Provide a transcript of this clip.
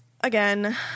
again